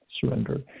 surrender